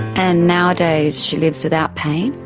and nowadays she lives without pain?